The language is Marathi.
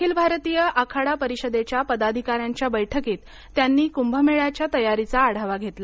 अखिल भारतीय आखाडा परिषदेच्या पदाधिकाऱ्यांच्या बैठकीत त्यांनी कुंभमेळ्याच्या तयारीचा आढावा घेतला